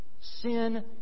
Sin